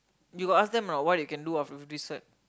you got ask them or not what you can do after this cert